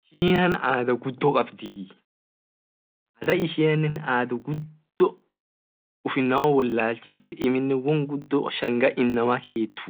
China adha gudio kabdii adha ishian adha gudo uf inama wolachifte won gudo shangaa inama ket